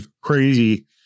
crazy